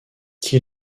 qui